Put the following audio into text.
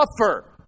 suffer